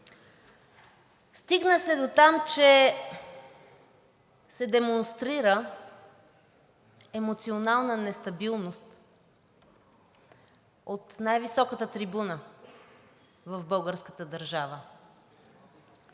Стигна се дотам, че се демонстрира емоционална нестабилност от най-високата трибуна в българската държава.